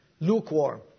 Lukewarm